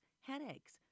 headaches